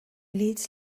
leeds